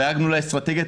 דאגנו לאסטרטגיה,